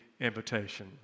invitation